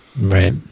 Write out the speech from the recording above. right